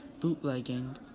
Bootlegging